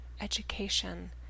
Education